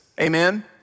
amen